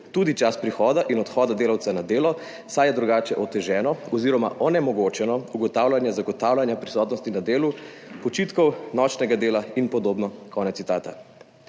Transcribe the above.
tudi čas prihoda in odhoda delavca na delo, saj je drugače oteženo oziroma onemogočeno ugotavljanje zagotavljanja prisotnosti na delu, počitkov, nočnega dela in podobno.«